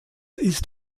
ist